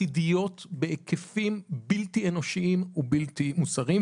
עתידיות בהיקפים בלתי אנושיים ובלתי מוסריים,